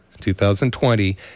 2020